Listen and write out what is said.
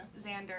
xander